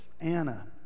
Anna